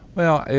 well,